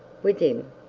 with him,